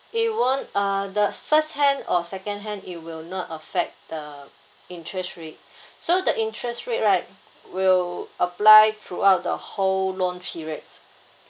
it won't uh the first hand or second hand it will not affect the interest rate so the interest rate right will apply throughout the whole loan periods